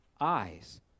eyes